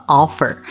offer，